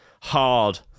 hard